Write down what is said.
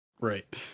Right